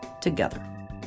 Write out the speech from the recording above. together